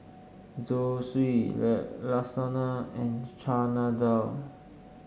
Zosui Lasagna and Chana Dal